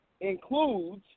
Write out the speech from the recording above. includes